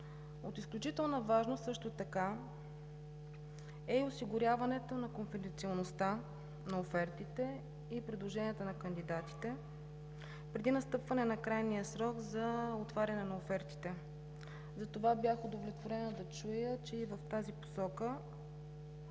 От изключителна важност също така е осигуряването на конфиденциалността на офертите и предложенията на кандидатите преди настъпване на крайния срок за отваряне на офертите, затова бях удовлетворена да чуя, че и в тази посока